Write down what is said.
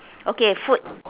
okay food